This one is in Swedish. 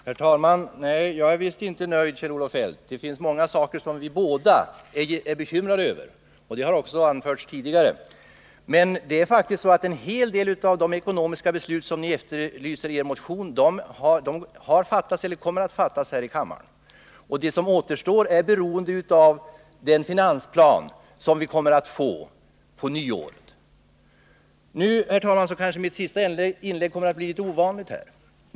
Herr talman! Nej, jag är visst inte nöjd, Kjell-Olof Feldt. Det finns många saker som vi båda är bekymrade över, och det har också anförts tidigare. Men en hel del av de ekonomiska beslut som ni efterlyser i er motion har faktiskt fattats eller kommer att fattas här i kammaren. De som återstår är beroende av den finansplan som vi kommer att få på nyåret. Mitt sista inlägg i den här omgången kommer kanske att bli litet ovanligt, herr talman.